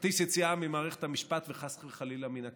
כרטיס יציאה ממערכת המשפט, וחס וחלילה, מן הכלא.